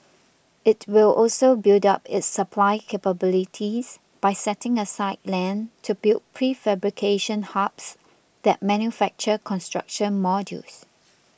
it will also build up its supply capabilities by setting aside land to build prefabrication hubs that manufacture construction modules